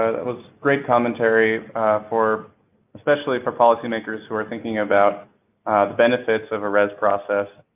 ah that was great commentary for especially for policy makers who are thinking about the benefits of a rez process.